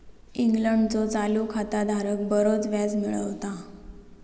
इंग्लंडचो चालू खाता धारक बरोच व्याज मिळवता